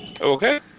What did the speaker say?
Okay